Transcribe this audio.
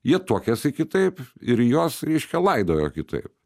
jie tuokiasi kitaip ir jos reiškia laidojo kitaip